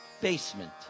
basement